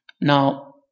Now